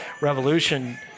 Revolution